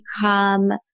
become